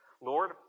Lord